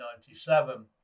1997